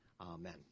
Amen